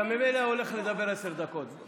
אתה ממילא הולך לדבר עשר דקות,